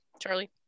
Charlie